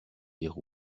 dire